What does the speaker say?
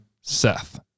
Seth